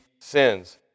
sins